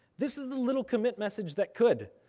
this is the little commit message that could.